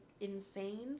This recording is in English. insane